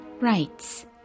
rights